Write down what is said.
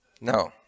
No